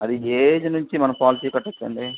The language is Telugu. అది ఏ ఏజ్ నుంచి మనం పాలసీ కట్టచ్చండి